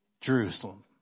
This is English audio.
Jerusalem